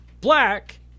black